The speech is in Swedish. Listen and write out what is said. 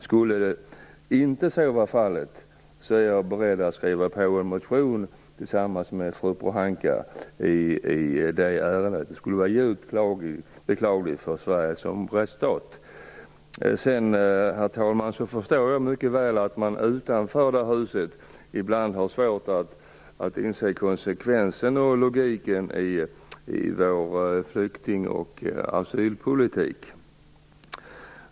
Skulle så inte vara fallet - vilket skulle vara djupt beklagligt vad gäller Sverige som rättsstat - är jag beredd att skriva under en motion tillsammans med fru Pohanka i detta ärende. Herr talman! Jag förstår vidare mycket väl att man utanför det här huset ibland har svårt att inse konsekvensen och logiken i vår flykting och asylpolitik.